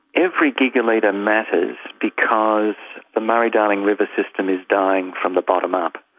every gigalitre matters because the murray-darling river system is dying from the bottom up.